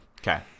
Okay